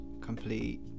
complete